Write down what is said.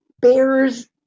bears